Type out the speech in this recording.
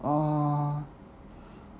uh